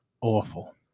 awful